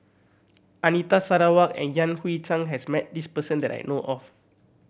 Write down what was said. Anita Sarawak and Yan Hui Chang has met this person that I know of